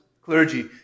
clergy